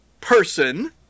person